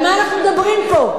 על מה אנחנו מדברים פה?